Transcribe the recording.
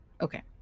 Okay